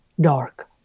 dark